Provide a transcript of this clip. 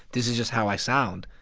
this is just how i sound,